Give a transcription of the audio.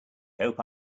hope